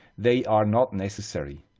they are not necessary.